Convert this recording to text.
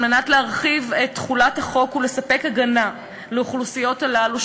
על מנת להרחיב את תחולת החוק ולספק הגנה לאוכלוסיות הללו,